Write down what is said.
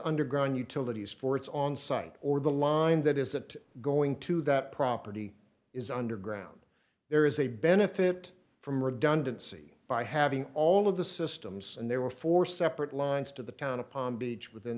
undergone utilities for its on site or the line that is that going to that property is underground there is a benefit from redundancy by having all of the systems and there were four separate lines to the town of palm beach within